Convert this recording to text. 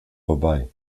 vorbei